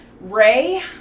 Ray